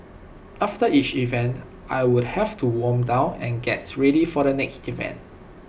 after each event I would have to warm down and gets ready for the next event